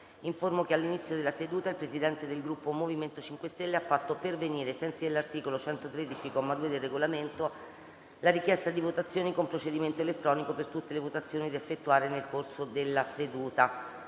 che all'inizio della seduta il Presidente del Gruppo MoVimento 5 Stelle ha fatto pervenire, ai sensi dell'articolo 113, comma 2, del Regolamento, la richiesta di votazione con procedimento elettronico per tutte le votazioni da effettuare nel corso della seduta.